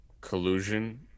collusion –